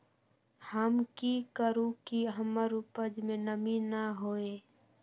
हम की करू की हमर उपज में नमी न होए?